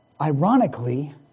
ironically